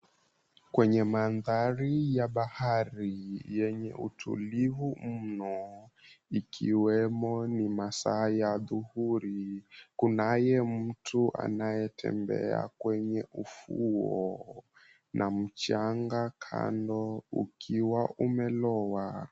Kwenye mandhari ya bahari yenye utulivu mno, ikiwemo ni masaa ya adhuhuri, kunaye mtu anayetembea kwenye ufuo na mchanga kando ukiwa umelowa.